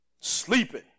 sleeping